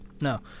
No